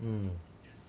mm